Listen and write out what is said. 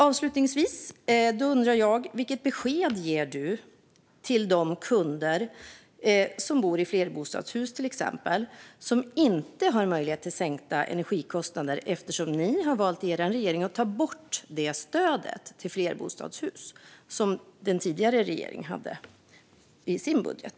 Avslutningsvis undrar jag vilket besked energiministern ger till de kunder som bor i till exempel flerbostadshus och inte har möjlighet till sänkta energikostnader eftersom ni i er regering har valt att ta bort det stöd till flerbostadshus som den tidigare regeringen hade i sin budget.